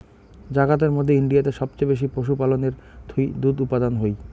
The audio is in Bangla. জাগাতের মধ্যে ইন্ডিয়াতে সবচেয়ে বেশি পশুপালনের থুই দুধ উপাদান হই